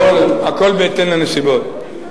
הכול בהתאם לנסיבות.